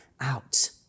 out